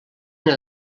una